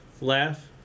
Laugh